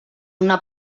una